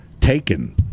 taken